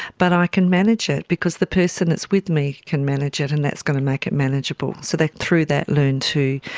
but i can manage it because the person that is with me can manage it and that is going to make it manageable. so they, through that, learn to,